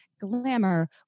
Glamour